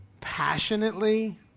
passionately